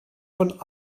von